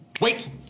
Wait